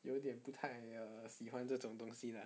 有点不太 uh 喜欢这种东西 lah